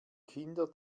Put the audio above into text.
kinder